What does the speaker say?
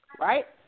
right